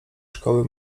szkoły